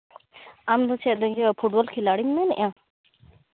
ᱟᱢ ᱫᱚ ᱪᱮᱫ ᱯᱷᱩᱴᱵᱚᱞ ᱠᱷᱤᱞᱟᱲᱤᱢ ᱢᱮᱱ ᱮᱜᱼᱟ